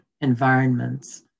environments